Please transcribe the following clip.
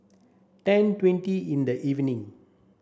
ten twenty in the evening